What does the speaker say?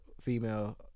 female